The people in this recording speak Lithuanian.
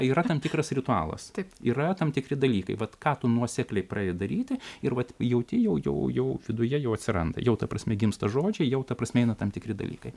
yra tam tikras ritualas taip yra tam tikri dalykai vat ką tu nuosekliai pradedi daryti ir vat jauti jau jau jau viduje jau atsiranda jau ta prasme gimsta žodžiai jau ta prasme eina tam tikri dalykai